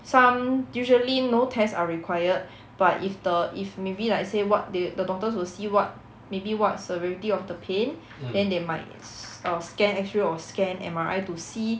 some usually no tests are required but if the if maybe like say what they the doctors will see what maybe what severity of the pain then they might s~ uh scan X-ray or scan M_R_I to see